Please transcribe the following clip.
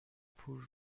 پول